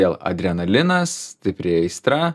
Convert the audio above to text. vėl adrenalinas stipri aistra